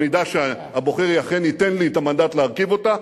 אם הבוחר אכן ייתן לי את המנדט להרכיב אותה,